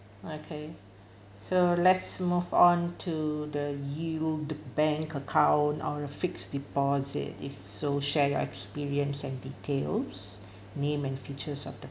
okay so let's move on to the yield bank account or a fixed deposit if so share your experience and details name and features of the